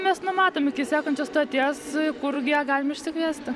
mes numatom iki sekančios stoties kur ją galim išsikviesti